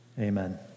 Amen